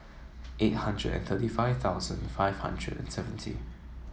eight hundred and thirty five thousand five hundred seventy